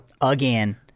again